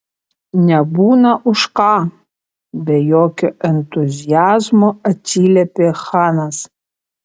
nebūna už ką be jokio entuziazmo atsiliepė chanas